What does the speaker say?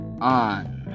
on